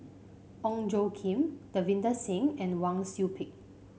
Ong Tjoe Kim Davinder Singh and Wang Sui Pick